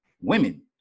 women